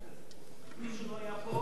מי שלא היה פה, לא מדבר.